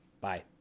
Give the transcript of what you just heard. Bye